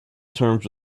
terms